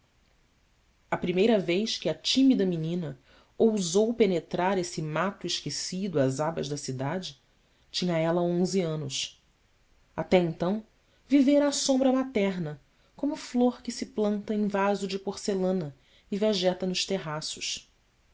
a primeira vez que a tímida menina ousou penetrar esse mato esquecido às abas da cidade tinha ela onze anos até então vivera à sombra materna como flor que se planta em vaso de porcelana e vegeta nos terraços